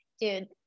dude